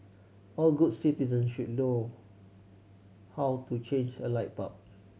all good citizen should how to change a light bulb